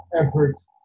efforts